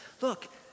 look